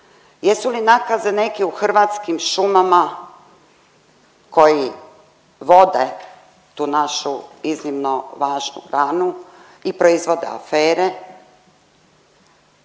Jesu li nakaze neki u Hrvatskim šumama koji vode tu našu iznimno važnu granu i proizvode afere,